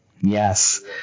Yes